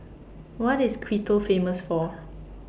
What IS Quito Famous For